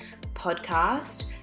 podcast